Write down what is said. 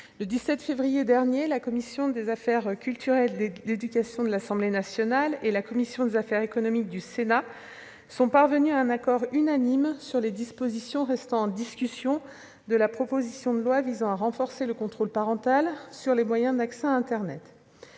le 17 février dernier, la commission des affaires culturelles et de l'éducation de l'Assemblée nationale ainsi que la commission des affaires économiques du Sénat sont parvenues à un accord unanime sur les dispositions restant en discussion de la proposition de loi visant à renforcer le contrôle parental sur les moyens d'accès à internet.